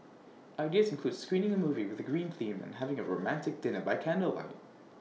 ideas include screening A movie with A green theme and having A romantic dinner by candlelight